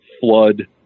flood